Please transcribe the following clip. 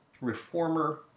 reformer